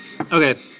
Okay